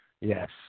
yes